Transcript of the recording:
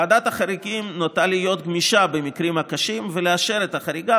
ועדת השרים נוטה להיות גמישה במקרים הקשים ולאשר את החריגה,